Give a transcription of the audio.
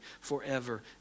forever